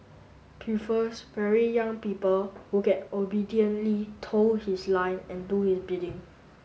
prefers very young people who can obediently toe his line and do his bidding